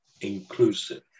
inclusive